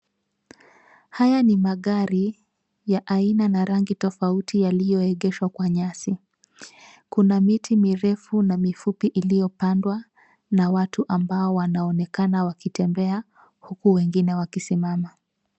Haya ni magari ya aina na rangi tofauti yaliyoegeshwa kwa nyasi. Kuna miti mirefu na mifupi iliyopandwa na watu ambao wanaonekana wakitembea huku wengine wakisimama.